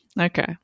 Okay